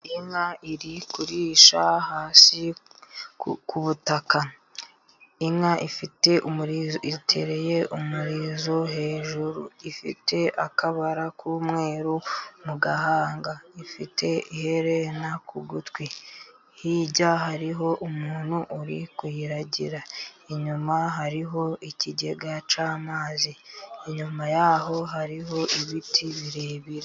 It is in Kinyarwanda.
Iyi nka iri kurisha hasi ku butaka. Inka ifite itereye umurizo hejuru, ifite akabara k'umweru mu gahanga. Ifite iherena ku gutwi. Hirya hariho umuntu uri kuyiragira, inyuma hariho ikigega cy'amazi, inyuma yaho hariho ibiti birebire.